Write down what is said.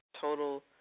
total